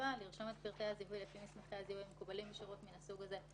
לפי הצהרת מקבל השירות,